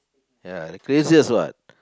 ya craziest what